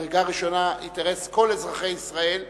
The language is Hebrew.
ממדרגה ראשונה, אינטרס כל אזרחי ישראל,